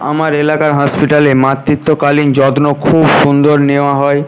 আমার এলাকার হসপিটালে মাতৃত্বকালীন যত্ন খুব সুন্দর নেওয়া হয়